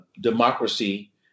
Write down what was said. Democracy